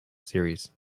series